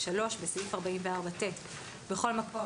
בסעף 44ט בכל מקום,